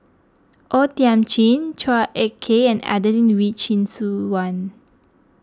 O Thiam Chin Chua Ek Kay and Adelene Wee Chin Suan